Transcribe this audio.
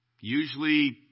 Usually